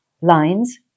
lines